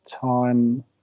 time